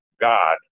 God